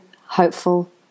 hopeful